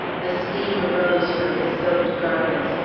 the steam arose from his soaked garments,